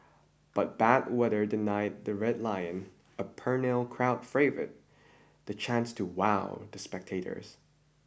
but bad weather denied the red lion a perennial crowd favourite the chance to wow the spectators